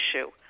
issue